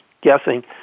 guessing